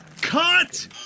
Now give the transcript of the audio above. Cut